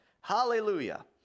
Hallelujah